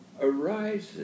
arises